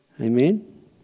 Amen